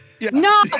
no